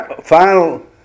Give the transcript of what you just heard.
final